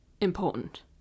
important